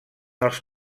els